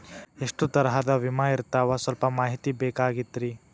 ಎಷ್ಟ ತರಹದ ವಿಮಾ ಇರ್ತಾವ ಸಲ್ಪ ಮಾಹಿತಿ ಬೇಕಾಗಿತ್ರಿ